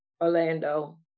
Orlando